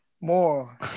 more